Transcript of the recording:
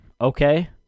okay